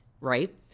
right